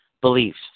Beliefs